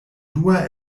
dua